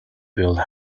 build